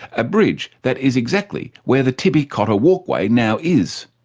a bridge that is exactly where the tibby cotter walkway now is.